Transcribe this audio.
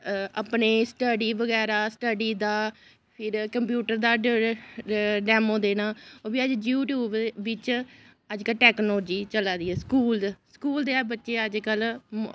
अपने स्टडी बगैरा स्टडी दा फिर कम्पयूटर दा डैमो देना ओह् बी यूट्यूब बिच्च अज्जकल टैक्नोलोजी चलादी ऐ स्कूल दे बच्चे अज्जकल